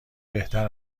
بهتر